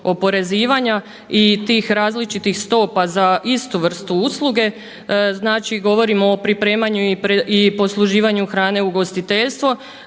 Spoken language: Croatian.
oporezivanja i tih različitih stopa za istu vrstu usluge. Znači govorimo o pripremanju i posluživanju hrane ugostiteljstvo.